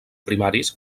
primaris